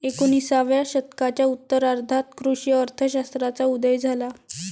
एकोणिसाव्या शतकाच्या उत्तरार्धात कृषी अर्थ शास्त्राचा उदय झाला